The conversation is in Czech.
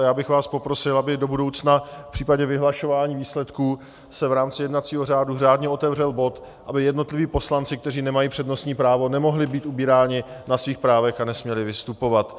Já bych vás poprosil, aby do budoucna v případě vyhlašování výsledků se v rámci jednacího řádu řádně otevřel bod, aby jednotliví poslanci, kteří nemají přednostní právo, nemohli být ubíráni na svých právech a nesměli vystupovat.